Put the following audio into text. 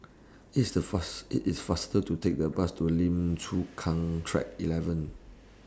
IT IS The fast IT IS faster to Take The Bus to Lim Chu Kang Track eleven